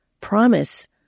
promise